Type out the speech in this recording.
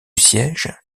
siège